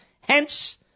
hence